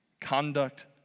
conduct